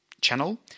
channel